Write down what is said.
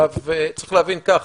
צריך להבין כך,